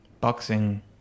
boxing